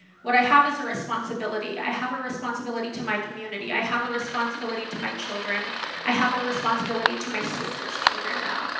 what i have is a responsibility. i have a responsibility to my community. i have a responsibility to my children. and i have a responsibility to my sister's children now.